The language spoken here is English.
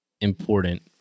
important